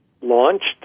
launched